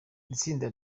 itsinda